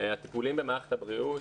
הטיפולים במערכת הבריאות,